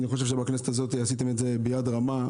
בכנסת הזאת עשיתם את זה ביד רמה.